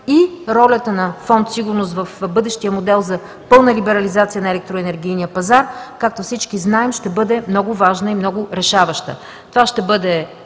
система“ в бъдещия модел за пълна либерализация на електроенергийния пазар – както всички знаем, ще бъде много важна и много решаваща. Това ще бъде